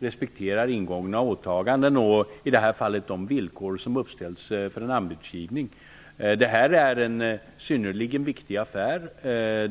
respekterar sina åtaganden och i det här fallet de villkor som uppställs för en anbudsgivning. Detta är en synnerligen viktig affär.